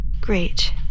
Great